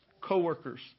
co-workers